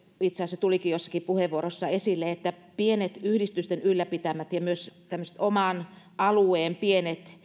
itse asiassa se tulikin jossakin puheenvuorossa esille että pienet yhdistysten ylläpitämät ja myös tämmöiset oman alueen pienet